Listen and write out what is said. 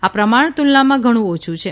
આ પ્રમાણ તુલનામાં ઘણું ઓછું છે